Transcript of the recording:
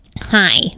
hi